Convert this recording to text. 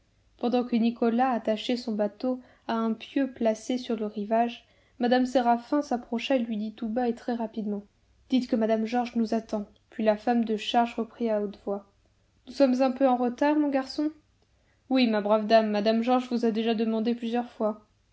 pendant que nicolas attachait son bateau à un pieu placé sur le rivage mme séraphin s'approcha et lui dit tout bas et très rapidement dites que mme georges nous attend puis la femme de charge reprit à haute voix nous sommes un peu en retard mon garçon oui ma brave dame mme georges vous a déjà demandées plusieurs fois